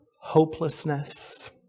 hopelessness